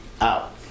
out